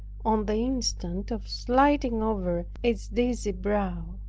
on the instant of sliding over its dizzy brow?